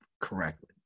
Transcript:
correctly